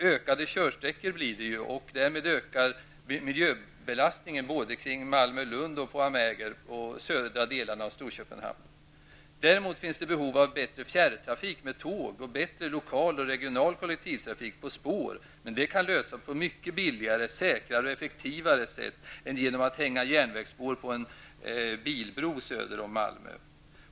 Ökade körsträckor ökar miljöbelastningen både kring Däremot finns det behov av bättre fjärrtrafik med tåg och bättre lokal och regional kollektivtrafik på spår. Men det kan lösas på mycket billigare, säkrare och effektivare sätt än genom att hänga järnvägsspår på en bilbro söder om Malmö.